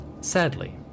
Sadly